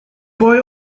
boy